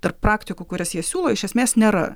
tarp praktikų kurias jie siūlo iš esmės nėra